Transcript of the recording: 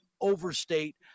overstate